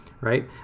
right